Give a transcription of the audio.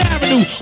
Avenue